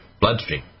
bloodstream